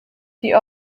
die